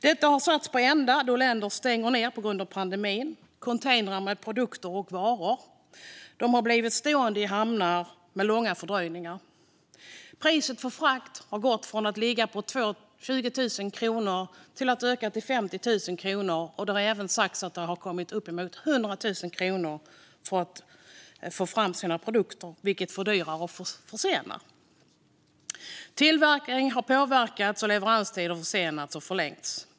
Detta har ställts på ända när länder stängt ned på grund av pandemin. Containrar med produkter och varor har blivit stående i hamnar med långa fördröjningar. Priset för frakt har ökat från 20 000 kronor till 50 000 kronor, och det har även sagts att priserna har gått upp till 100 000 kronor. Det fördyrar och försenar. Tillverkning har påverkats, och leveranstider har försenats och förlängts.